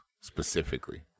specifically